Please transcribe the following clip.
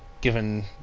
given